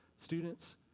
Students